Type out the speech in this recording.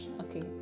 Okay